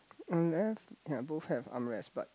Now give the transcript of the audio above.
on earth ya both have are unrest but